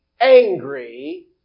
angry